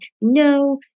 no